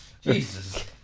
Jesus